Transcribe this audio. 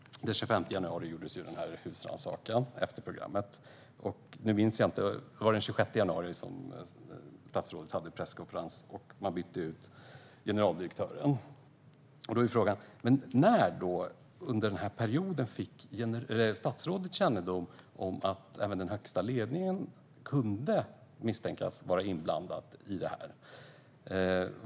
Den 25 januari, efter programmet, gjordes husrannsakan. Nu minns jag inte, men jag tror att det var den 26 januari som statsrådet hade presskonferens och man bytte ut generaldirektören. Frågan är: När under denna period fick statsrådet kännedom om att även den högsta ledningen kunde misstänkas vara inblandad?